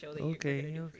Okay